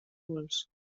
pols